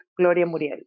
GloriaMuriel